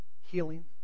healing